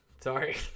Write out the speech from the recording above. sorry